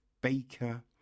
Baker